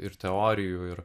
ir teorijų ir